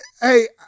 Hey